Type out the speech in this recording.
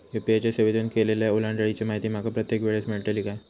UPI च्या सेवेतून केलेल्या ओलांडाळीची माहिती माका प्रत्येक वेळेस मेलतळी काय?